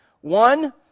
One